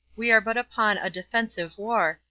we are but upon a defensive war,